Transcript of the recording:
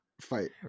fight